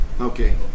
Okay